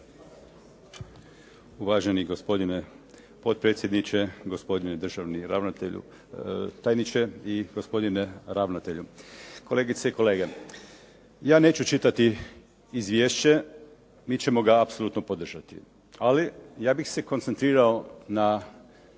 Uvaženi gospodine potpredsjedniče. Gospodine državni ravnatelju, tajniče i gospodine ravnatelju, kolegice i kolege. Ja neću čitati izvješće, mi ćemo ga apsolutno podržati. Ali ja bih se koncentrirao na